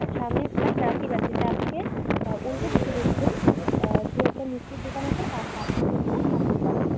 সামনে একটা ট্রাফিক আছে ট্র্যাফিকের উল্টোদিকে দেখবেন যে একটা মিষ্টির দোকান আছে তার পাশেই হচ্ছে আমার দোকান